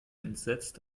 entsetzt